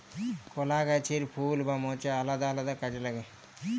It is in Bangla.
কলা গাহাচের ফুল বা মচা আলেদা আলেদা কাজে লাগে